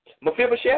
Mephibosheth